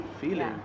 feeling